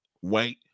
white